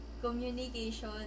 communication